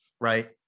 right